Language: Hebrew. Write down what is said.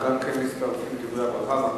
גם אנחנו מצטרפים לדברי הברכה.